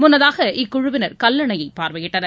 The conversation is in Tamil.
முன்னதாக இக்குழுவினர் கல்லணையை பார்வையிட்டனர்